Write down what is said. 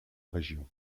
région